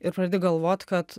ir pradedi galvot kad